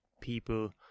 people